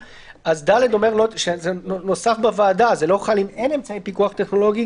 ואז נדון עליו ונראה מה עוד צריך לתקן אותו ושלום על ישראל.